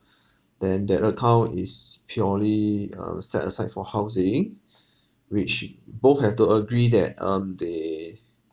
then that account is purely um set aside for housing which both have to agree that um they